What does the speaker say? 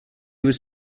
was